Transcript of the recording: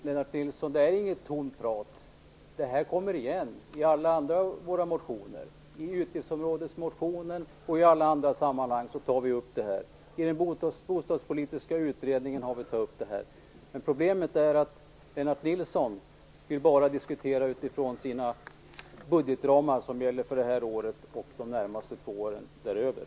Herr talman! Det här är inget tomt prat. Det kommer igen i alla våra andra motioner. Vi tar upp detta i utgiftsområdesmotionen och alla andra sammanhang. Vi har tagit upp det i den bostadspolitiska utredningen. Problemet är att Lennart Nilsson bara vill diskutera utifrån sina budgetramar som gäller för det här året och de närmaste två åren framöver.